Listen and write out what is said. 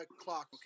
clock